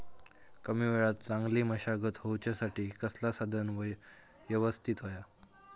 कमी वेळात चांगली मशागत होऊच्यासाठी कसला साधन यवस्तित होया?